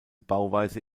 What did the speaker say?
bauweise